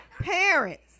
Parents